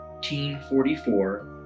1944